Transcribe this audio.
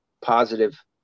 positive